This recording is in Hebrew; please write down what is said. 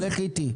לך איתי.